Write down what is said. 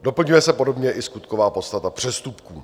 Doplňuje se podobně i skutková podstata přestupků.